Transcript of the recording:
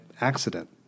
accident